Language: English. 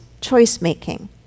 choice-making